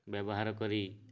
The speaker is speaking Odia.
ବ୍ୟବହାର କରି